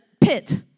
pit